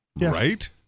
Right